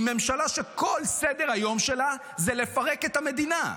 היא ממשלה שכל סדר-היום של הוא לפרק את המדינה.